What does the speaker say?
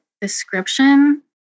description